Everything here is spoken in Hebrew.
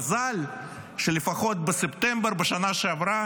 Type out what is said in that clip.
מזל שלפחות בספטמבר בשנה שעברה